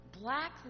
Black